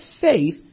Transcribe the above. faith